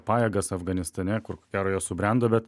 pajėgas afganistane kur per karą jos subrendo bet